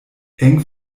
eng